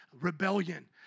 rebellion